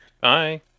bye